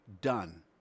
done